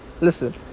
listen